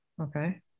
Okay